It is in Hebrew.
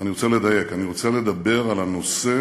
ואני רוצה לדייק, אני רוצה לדבר על הנושא